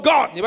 God